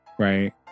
Right